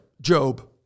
Job